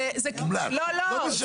לא, לא.